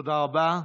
תודה רבה.